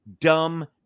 dumb